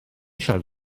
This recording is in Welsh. siarad